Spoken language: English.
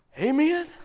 Amen